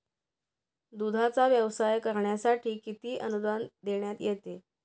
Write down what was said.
दूधाचा व्यवसाय करण्यासाठी किती अनुदान देण्यात येते?